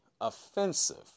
offensive